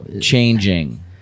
changing